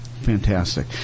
Fantastic